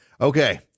Okay